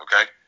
Okay